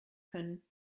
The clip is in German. können